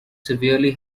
severely